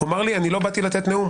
הוא אמר לי: אני לא באתי לתת נאום,